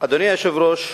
אדוני היושב-ראש,